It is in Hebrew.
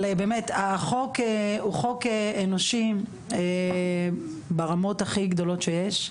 החוק הוא חוק אנושי ברמות הכי גדולות שיש,